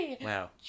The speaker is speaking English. wow